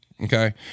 Okay